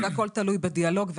הכול תלוי בדיאלוג.